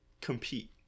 compete